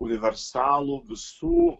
universalų visų